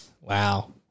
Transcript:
Wow